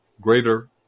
greater